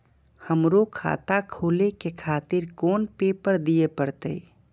हमरो खाता खोले के खातिर कोन पेपर दीये परतें?